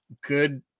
good